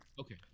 Okay